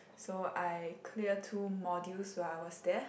so I clear two modules while I was there